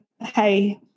hey